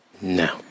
No